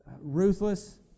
ruthless